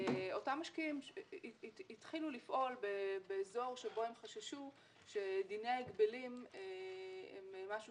אותם משקיעים התחילו לפעול באזור שבו הם חששו שדיני ההגבלים הם משהו